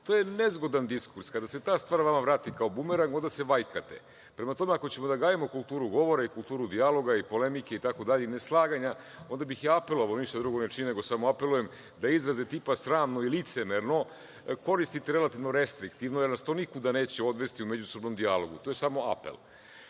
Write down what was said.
to je nezgodan diskurs. Kada se ta stvar vama vrati kao bumerang, onda se vajkate. Prema tome, ako ćemo da gajimo kulturu govora, kulturu dijaloga, polemike i neslaganja, onda bih ja apelovao, ništa drugo, samo apelujem, da izrazi tipa sramno i licemerno koristite relativno restriktivno, jer nas to nikuda neće odvesti u međusobnom dijalogu. To je samo apel. Ne